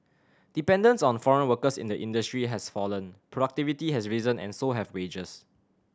dependence on foreign workers in the industry has fallen productivity has risen and so have wages